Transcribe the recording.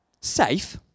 Safe